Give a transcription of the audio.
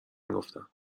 نگفتم